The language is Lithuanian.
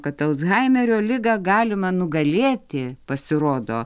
kad alzheimerio ligą galima nugalėti pasirodo